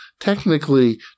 technically